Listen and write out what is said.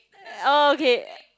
oh okay